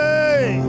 Hey